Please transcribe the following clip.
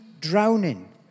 drowning